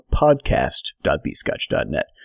podcast.bscotch.net